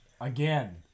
Again